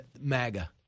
MAGA